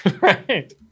Right